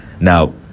Now